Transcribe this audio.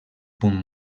punt